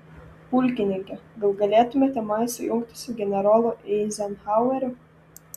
pulkininke gal galėtumėte mane sujungti su generolu eizenhaueriu